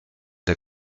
der